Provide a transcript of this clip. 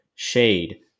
shade